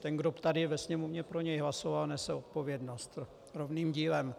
Ten, kdo tady ve Sněmovně pro něj hlasoval, nese odpovědnost rovným dílem.